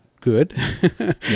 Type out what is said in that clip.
good